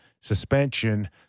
suspension